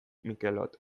mikelot